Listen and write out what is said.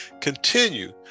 Continue